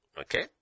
Okay